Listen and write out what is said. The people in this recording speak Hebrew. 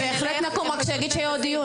בהחלט נקום, רק שהוא יגיד שיהיה עוד דיון.